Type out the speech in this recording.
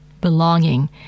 belonging